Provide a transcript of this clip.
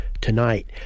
tonight